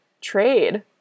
trade